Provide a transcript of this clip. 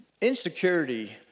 Insecurity